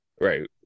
right